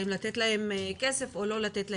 האם לתת להם כסף או לא לתת להם?